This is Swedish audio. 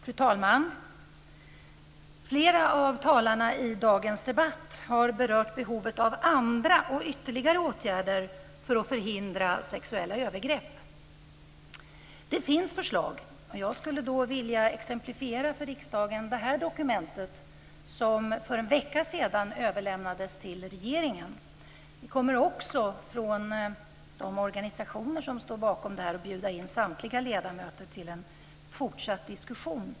Fru talman! Flera av talarna i dagens debatt har berört behovet av andra och ytterligare åtgärder för att förhindra sexuella övergrepp. Det finns förslag. Jag skulle vilja exemplifiera för riksdagen med det dokument som jag har med mig och som för en vecka sedan överlämnades till regeringen. Vi kommer också från de organisationer som står bakom detta att bjuda in samtliga ledamöter till en fortsatt diskussion.